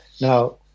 Now